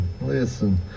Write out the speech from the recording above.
Listen